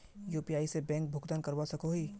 UPI से bank भुगतान करवा सकोहो ही?